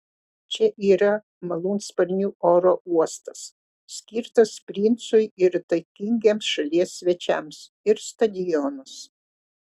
čia yra malūnsparnių oro uostas skirtas princui ir įtakingiems šalies svečiams ir stadionas